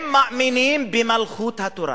הם מאמינים במלכות התורה,